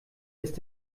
ist